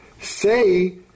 Say